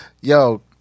yo